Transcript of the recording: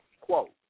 Quote